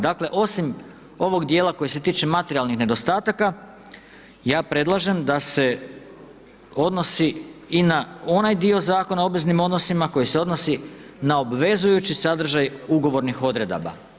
Dakle, osim ovog dijela koji se tiče materijalnih nedostatka, ja predlažem da se odnosi i na onaj dio zakona o obveznim odnosima, koji se odnosi na obvezujući sadržaj ugovornih odredaba.